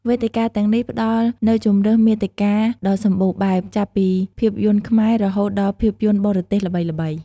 វេទិកាទាំងនេះផ្ដល់នូវជម្រើសមាតិកាដ៏សម្បូរបែប ចាប់ពីភាពយន្តខ្មែរ រហូតដល់ភាពយន្តបរទេសល្បីៗ។